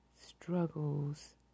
struggles